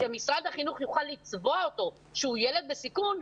כשמשרד החינוך יוכל לצבוע אותו שהוא ילד בסיכון,